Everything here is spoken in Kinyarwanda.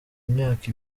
imyaka